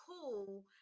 cool